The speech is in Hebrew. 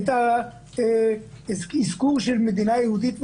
את האזכור של מדינה יהודית ודמוקרטית.